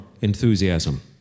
enthusiasm